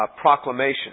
proclamation